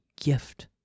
gift